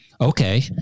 okay